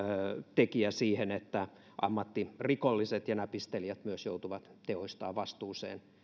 tekijä siinä että ammattirikolliset ja näpistelijät myös joutuvat teoistaan vastuuseen